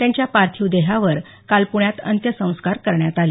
त्यांच्या पार्थिव देहावर काल पुण्यात अंत्यसंस्कार करण्यात आले